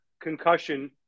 concussion